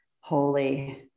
holy